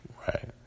right